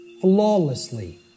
flawlessly